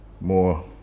more